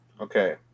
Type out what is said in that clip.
Okay